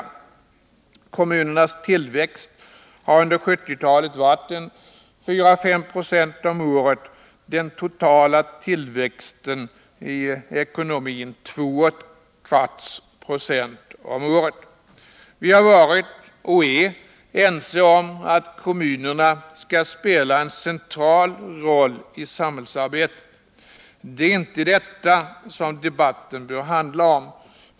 Kommunernas tillväxt har under 1970-talet varit 4 å 5 20 om året, medan den totala tillväxten i ekonomin varit 2,25 70 om året. Vi har varit och är ense om att kommunerna skall spela en central roll i samhällsarbetet. Det är inte detta debatten bör handla om.